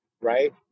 right